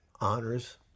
honors